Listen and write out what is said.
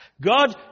God